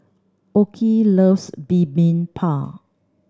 Okey loves Bibimbap